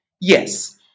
Yes